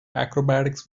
acrobatics